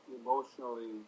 emotionally